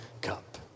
cup